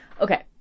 Okay